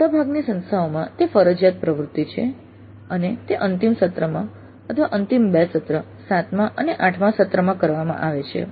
મોટાભાગની સંસ્થાઓમાં તે ફરજિયાત પ્રવૃત્તિ છે અને તે અંતિમ સત્રમાં અથવા અંતિમ બે સત્ર 7મા અને 8મા સત્રમાં કરવામાં આવે છે